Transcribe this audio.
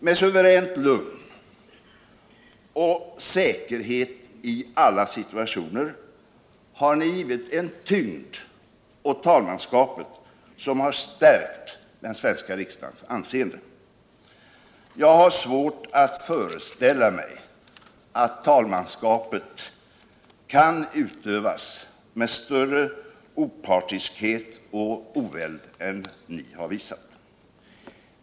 Med suveränt lugn och säkerhet i alla situationer har ni givit en tyngd åt talmanskapet som stärkt den svenska riksdagens anseende. Jag har svårt att föreställa mig att talmanskapet kan utövas med större opartiskhet och oväld än ni har visat.